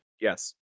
Yes